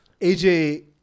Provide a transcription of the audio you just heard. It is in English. AJ